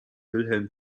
wilhelm